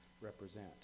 represent